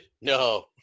no